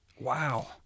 Wow